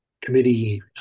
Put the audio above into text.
Committee